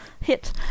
hit